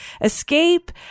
escape